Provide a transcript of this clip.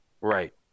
Right